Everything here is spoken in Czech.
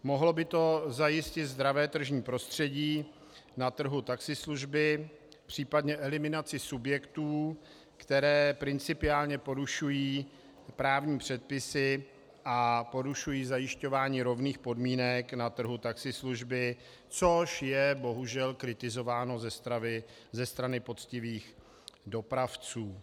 Mohlo by to zajistit zdravé tržní prostředí na trhu taxislužby, případně eliminaci subjektů, které principiálně porušují právní předpisy a porušují zajišťování rovných podmínek na trhu taxislužby, což je bohužel kritizováno ze strany poctivých dopravců.